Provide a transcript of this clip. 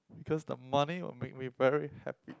cause the money will make me very happy